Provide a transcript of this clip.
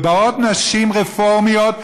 ובאות נשים רפורמיות,